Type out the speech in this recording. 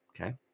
okay